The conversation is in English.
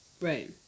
right